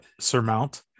surmount